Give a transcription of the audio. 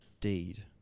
deed